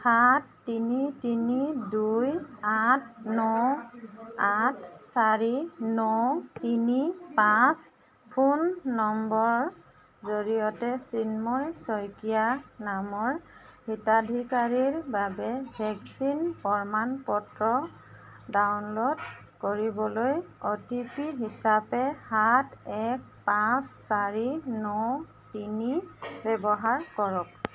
সাত তিনি তিনি দুই আঠ ন আঠ চাৰি ন তিনি পাঁচ ফোন নম্বৰৰ জৰিয়তে চিন্ময় শইকীয়া নামৰ হিতাধিকাৰীৰ বাবে ভেকচিন প্ৰমাণ পত্ৰ ডাউনলোড কৰিবলৈ অ' টি পি হিচাপে সাত এক পাঁচ চাৰি ন তিনি ব্যৱহাৰ কৰক